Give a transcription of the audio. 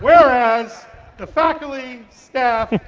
whereas the faculty, staff,